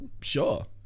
Sure